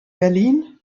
berlin